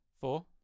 Four